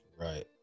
Right